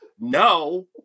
No